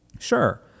Sure